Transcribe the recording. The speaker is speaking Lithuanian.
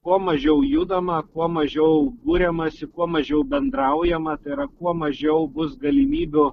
kuo mažiau judama kuo mažiau buriamasi kuo mažiau bendraujama tai yra kuo mažiau bus galimybių